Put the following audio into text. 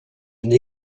une